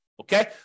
Okay